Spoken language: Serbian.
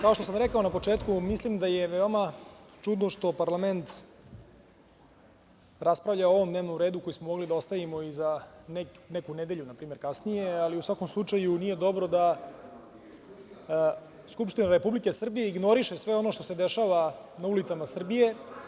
Kao što sam rekao na početku, mislim da je veoma čudno što parlament raspravlja o ovom dnevnom redu koji smo mogli da ostavimo i za neku nedelju npr. kasnije, ali u svakom slučaju, nije dobro da Skupština Republike Srbije ignoriše sve ono što se dešava na ulicama Srbije.